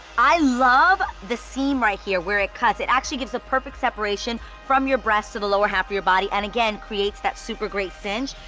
i love the seam right here, where it cuts. it actually gives the perfect separation from your breasts to the lower half of your body, and again creates that super great cinch,